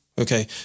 Okay